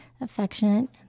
affectionate